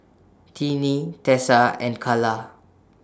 Tinie Tessa and Calla